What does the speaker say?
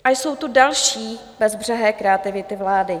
A jsou tu další bezbřehé kreativity vlády.